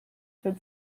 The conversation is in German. für